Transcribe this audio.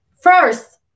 First